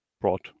brought